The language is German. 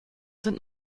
sind